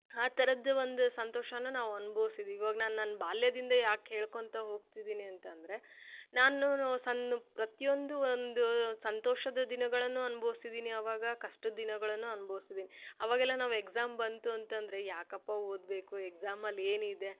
ಆ ಥರದ್ ಒಂದು ಸಂತೋಷಾನ ನಾವು ಅನ್ಬೋಸಿದೀವಿ ಇವಾಗ ನಾನು ನನ್ನ ಬಾಲ್ಯದಿಂದ ಯಾಕೆ ಹೇಳ್ಕೊತ ಹೋಗ್ತಿದೀನಿ ಅಂತಂದರೆ ನಾನೂನು ಸಣ್ಣ ಪ್ರತಿಯೊಂದು ಒಂದು ಸಂತೋಷದ ದಿನಗಳನ್ನು ಅನ್ಬೋಸಿದೀನಿ ಅವಾಗ ಕಷ್ಟದ ದಿನಗಳನ್ನು ಅನ್ಬೋಸಿದೀನಿ ಅವಾಗೆಲ್ಲ ನಾವು ಎಕ್ಸಾಮ್ ಬಂತು ಅಂತಂದರೆ ಯಾಕಪ್ಪ ಓದಬೇಕು ಎಕ್ಸಾಮಲ್ಲಿ ಏನಿದೆ